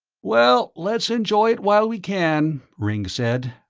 well, let's enjoy it while we can, ringg said,